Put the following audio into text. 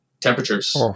temperatures